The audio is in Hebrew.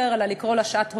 אלא לקרוא לה שעת הורות,